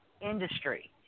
industry